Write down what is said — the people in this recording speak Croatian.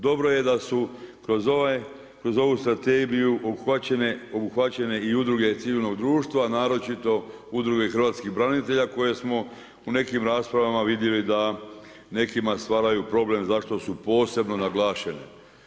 Dobro je da su kroz ovu strategiju obuhvaćene i udruge civilnog društva, naročito udruge hrvatskih branitelja koje smo u nekim raspravama vidjeli da nekima stvaraju problem zašto su posebno naglašene.